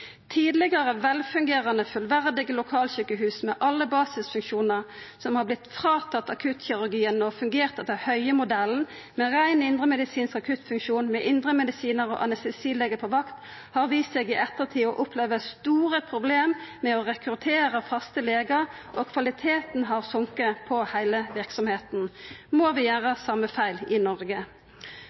Tidlegare velfungerande og fullverdige lokalsjukehus med alle basisfunksjonar som har vorte fråtatt akuttkirurgien og fungert etter Høie-modellen, med rein indremedisinsk akuttfunksjon, med indremedisinar og anestesilege på vakt, har vist seg i ettertid å oppleva store problem med å rekruttera faste legar, og kvaliteten har gått ned på heile verksemda. Må vi gjera den same feilen i Noreg?